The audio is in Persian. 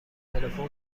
تلفن